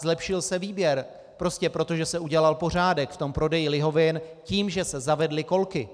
Zlepšil se výběr prostě proto, že se udělal pořádek v prodeji lihovin tím, že se zavedly kolky.